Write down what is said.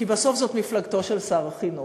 כי בסוף זו מפלגתו של שר החינוך,